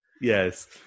Yes